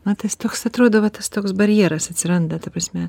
na tas toks atrodo va tas toks barjeras atsiranda ta prasme